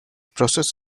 process